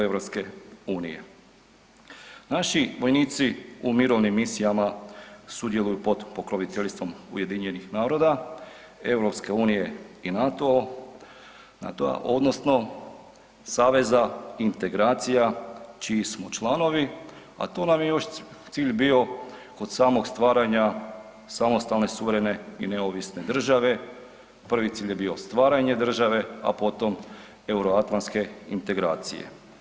Naši vojnici u mirovnim misijama sudjeluju pod pokroviteljstvom UN-a, EU i NATO-a, odnosno Saveza integracija čiji smo članovi, a to nam je još cilj bio kod samog stvaranja samostalne, suverene i neovisne države, prvi cilj je bio stvaranje države, a potom Euroatlantske integracije.